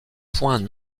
points